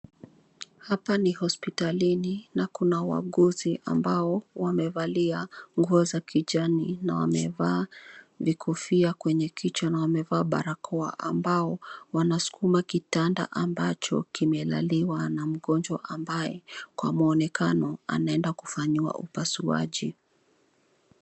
Hapa ni hospitalini na kuna wauguzi ambao wamevalia nguo za kijani na wamevaa vikofia kwenye kichwa na wamevaa barakoa, ambao wanaskuma kitanda ambacho kimelaliwa na mgonjwa ambaye kwa mwonekano anaenda kufanyiwa upasuaji.